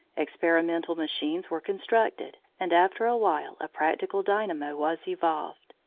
experimental machines were constructed, and after a while a practical dynamo was evolved.